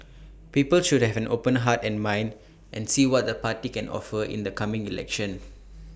people should have an open heart and mind and see what the party can offer in the coming election